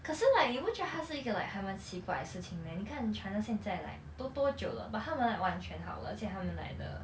可是 like 你不觉得它是一个 like 还蛮奇怪的事情 meh 你看 china 现在 like 都多久了 but 他们 like 完全好了而且他们 like the